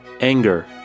Anger